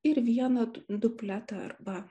ir vieną du dupletą arba